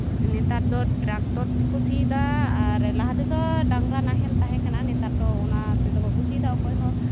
ᱱᱮᱛᱟᱨ ᱫᱚ ᱴᱨᱟᱠᱴᱚᱨ ᱛᱮᱠᱚ ᱥᱤᱭᱫᱟ ᱟᱨ ᱞᱟᱦᱟ ᱛᱮᱫᱚ ᱰᱟᱝᱨᱟ ᱱᱟᱦᱮᱞ ᱛᱟᱦᱮᱸ ᱠᱟᱱᱟ ᱱᱮᱛᱟᱨ ᱫᱚ ᱚᱱᱟ ᱛᱮᱫᱚ ᱵᱟᱠᱚ ᱥᱤᱭᱫᱟ ᱚᱠᱚᱭᱦᱚᱸ